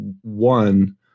one